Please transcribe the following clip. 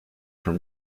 from